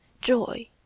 joy